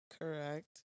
Correct